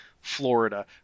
florida